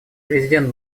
президент